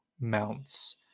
mounts